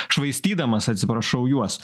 švaistydamas atsiprašau juos